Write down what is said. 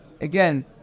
Again